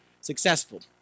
successful